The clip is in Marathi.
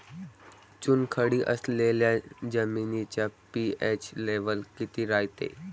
चुनखडी असलेल्या जमिनीचा पी.एच लेव्हल किती रायते?